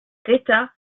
greta